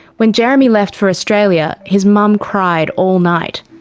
when jeremy left for australia, his mum cried all night.